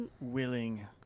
willing